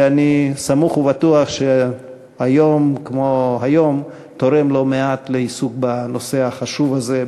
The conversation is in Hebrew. ואני סמוך ובטוח שיום כמו היום תורם לא מעט לעיסוק בנושא החשוב הזה,